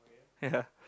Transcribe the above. ya